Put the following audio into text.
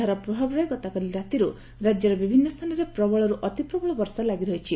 ଏହାର ପ୍ରଭାବରେ ଗତକାଲି ରାତିରୁ ରାକ୍ୟର ବିଭିନୁ ସ୍ଚାନରେ ପ୍ରବଳରୁ ଅତିପ୍ରବଳ ବର୍ଷା ଲାଗିରହିଛି